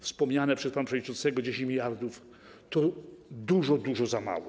Wspomniane przez pana przewodniczącego 10 mld to dużo, dużo za mało.